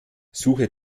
suche